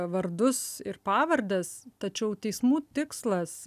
vardus ir pavardes tačiau teismų tikslas